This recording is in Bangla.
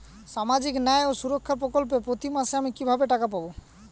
সামাজিক ন্যায় ও সুরক্ষা প্রকল্পে প্রতি মাসে আমি কিভাবে টাকা পাবো?